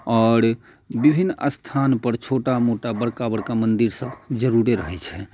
आओर विभिन्न स्थानपर छोटा मोटा बड़का बड़का मन्दिर सब जरुरे रहै छै